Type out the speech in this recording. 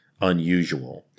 unusual